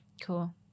cool